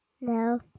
No